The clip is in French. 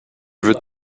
veux